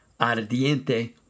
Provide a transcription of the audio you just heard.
ardiente